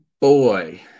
boy